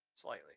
Slightly